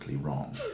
wrong